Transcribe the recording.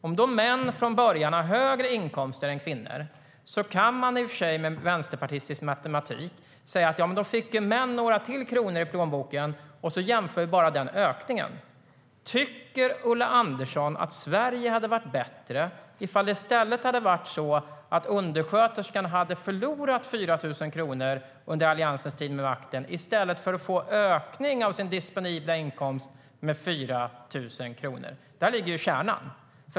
Om män från början har högre inkomster än kvinnor kan man i och för sig med vänsterpartistisk matematik säga att män då får några mer kronor i plånboken och sedan jämföra bara den ökningen. Tycker Ulla Andersson att Sverige hade varit bättre om det hade varit så att undersköterskan hade förlorat 4 000 kronor under Alliansens tid vid makten i stället för att få en ökning av sin disponibla inkomst med 4 000 kronor? Där ligger kärnan.